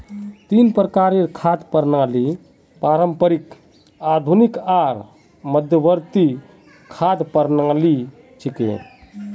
तीन प्रकारेर खाद्य प्रणालि पारंपरिक, आधुनिक आर मध्यवर्ती खाद्य प्रणालि छिके